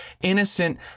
innocent